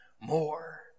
more